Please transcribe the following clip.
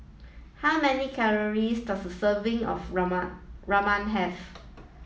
how many calories does a serving of Ramen Ramen have